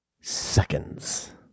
seconds